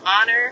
honor